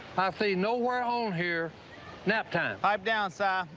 i see nowhere on here nap time. pipe down, si.